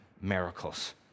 miracles